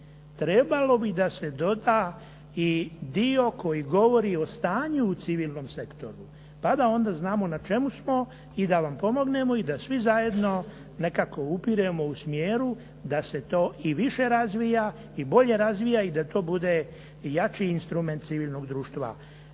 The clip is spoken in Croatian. trebalo bi da se doda i dio koji govori o stanju u civilnom sektoru pa da onda znamo na čemu smo i da vam pomognemo i da svi zajedno nekako upiremo u smjeru da se to i više razvija i bolje razvija i da to bude jači instrument civilnog društva.